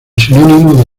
sinónimo